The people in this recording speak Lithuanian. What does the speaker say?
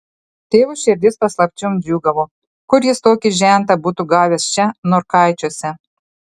tėvo širdis paslapčiom džiūgavo kur jis tokį žentą būtų gavęs čia norkaičiuose